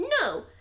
No